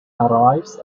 arrives